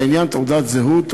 לעניין תעודת זהות,